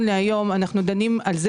להיום אנחנו דנים על כך